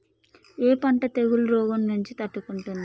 ఏ పంట తెగుళ్ల రోగం నుంచి తట్టుకుంటుంది?